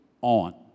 on